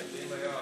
בבקשה.